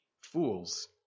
Fools